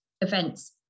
events